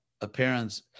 appearance